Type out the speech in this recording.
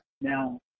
Now